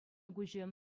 куҫӗ